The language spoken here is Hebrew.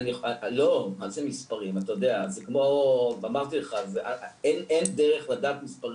מה זה מספרים, אמרתי לך, אין דרך לדעת מספרים.